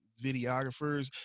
videographers